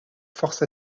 force